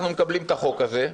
אנחנו מקבלים את החוק הזה,